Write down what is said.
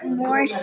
more